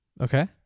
Okay